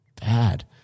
bad